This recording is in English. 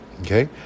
Okay